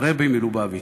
הרבי מלובביץ'.